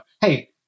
Hey